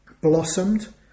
blossomed